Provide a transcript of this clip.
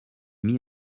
mis